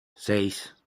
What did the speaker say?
seis